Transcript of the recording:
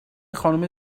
خانومه